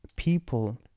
People